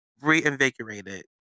reinvigorated